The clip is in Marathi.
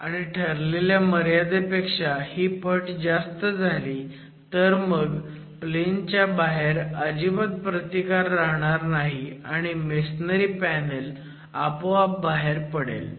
आणि ठरलेल्या मर्यादेपेक्षा ही फट जास्त झाली तर मग प्लेन च्या बाहेर अजिबात प्रतिकार राहणार नाही आणि मेसोनरी पॅनल आपोआप बाहेर पडेल